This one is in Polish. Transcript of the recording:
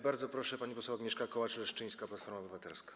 Bardzo proszę, pani poseł Agnieszka Kołacz-Leszczyńska, Platforma Obywatelska.